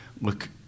look